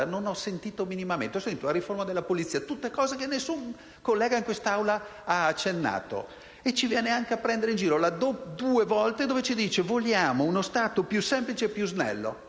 Ho sentito parlare della riforma della polizia: tutte cose cui nessun collega in quest'Aula ha accennato. Ci viene anche a prendere in giro, due volte, quando ci dice «vogliamo uno Stato più semplice e più snello».